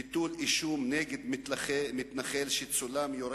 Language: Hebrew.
וביטול אישום נגד מתנחל שצולם יורה